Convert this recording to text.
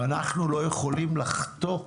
אנחנו לא יכולים לחטוא.